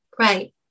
Right